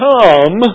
Come